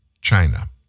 China